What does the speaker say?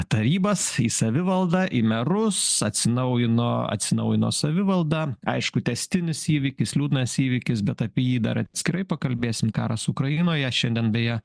tarybas į savivaldą į merus atsinaujino atsinaujino savivalda aišku tęstinis įvykis liūdnas įvykis bet apie jį dar atskirai pakalbėsim karas ukrainoje šiandien beje